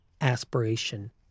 aspiration